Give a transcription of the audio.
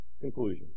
conclusion